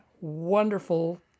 wonderful